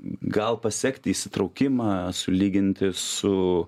gal pasekti įsitraukimą sulyginti su